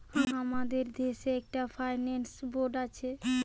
আমাদের দেশে একটা ফাইন্যান্স বোর্ড আছে